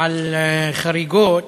על חריגות,